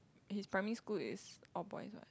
his primary school is all boys